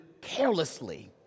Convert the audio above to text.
carelessly